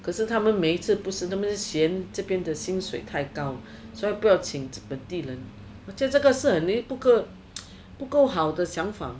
可是他们每一次不是他们是选这边的薪水太高所以不要请本地人我觉得这是不够好的想法